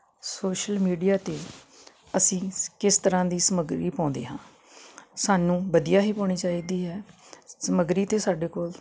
social media 'ਤੇ ਅਸੀਂ ਕਿਸ ਤਰ੍ਹਾਂ ਦੀ ਸਮੱਗਰੀ ਪਾਉਂਦਾ ਹਾਂ ਸਾਨੂੰ ਵਧੀਆ ਹੀ ਹੋਣੀ ਚਾਹੀਦੀ ਹੈ ਸਮੱਗਰੀ ਤਾਂ ਸਾਡੇ ਕੋਲ